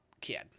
kid